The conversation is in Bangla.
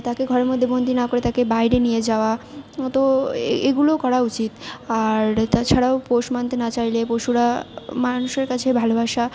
তাকে ঘরের মধ্যে বন্দী না করে তাকে বাইরে নিয়ে যাওয়া তো এগুলো করা উচিত আর তাছাড়াও পোষ মানতে না চাইলে পশুরা মানুষের কাছে ভালোবাসা